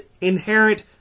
inherent